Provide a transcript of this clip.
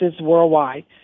worldwide